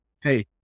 hey